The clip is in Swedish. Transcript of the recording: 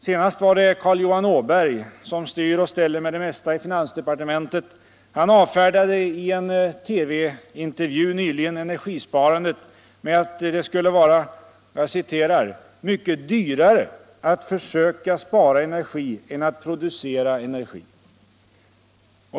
Senast var det Carl Johan Åberg, som styr och ställer med det mesta i finansdepartementet, som i en TV-intervju nyligen avfärdade energisparandet med att det skulle vara ”mycket dyrare att försöka spara energi än att producera energi”.